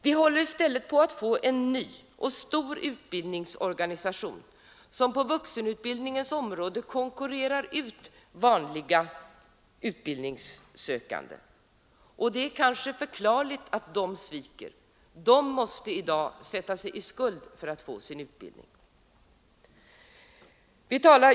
Vi håller i stället på att få en ny och stor utbildningsorganisation, som på vuxenutbildningens område konkurrerar ut vanliga utbildningssökande. Och det är kanske förklarligt att dessa sviker — de måste i dag sätta sig i skuld för att få sin utbildning.